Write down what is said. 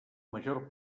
major